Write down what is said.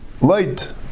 light